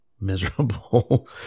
miserable